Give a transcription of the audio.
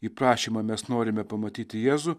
į prašymą mes norime pamatyti jėzų